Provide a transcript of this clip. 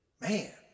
man